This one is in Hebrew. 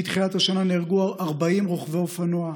מתחילת השנה נהרגו 40 רוכבי אופנוע,